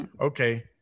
Okay